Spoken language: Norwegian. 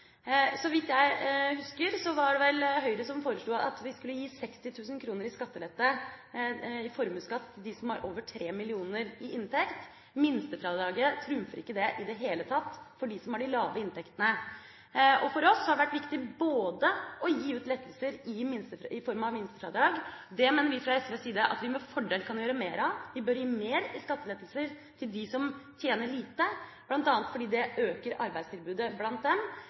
Så vidt jeg husker, var det vel Høyre som foreslo at vi skulle gi 60 000 kr i skattelette i formuesskatt til dem som har over 3 mill. kr i inntekt. Minstefradraget trumfer ikke det i det hele tatt for dem som har de lave inntektene. For oss har det vært viktig både å gi lettelser i form av minstefradrag – det mener vi fra SVs side at vi med fordel kan gjøre mer av – og vi bør gi mer i skattelettelser til dem som tjener lite, bl.a. fordi det øker arbeidstilbudet blant dem.